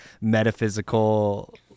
metaphysical